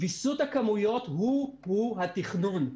ויסות הכמויות הוא הוא התכנון.